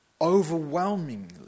overwhelmingly